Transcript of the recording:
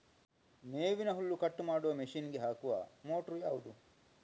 ಮೇವಿನ ಹುಲ್ಲು ಕಟ್ ಮಾಡುವ ಮಷೀನ್ ಗೆ ಹಾಕುವ ಮೋಟ್ರು ಯಾವುದು?